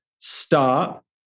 Stop